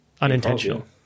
Unintentional